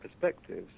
perspectives